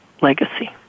legacy